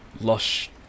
lush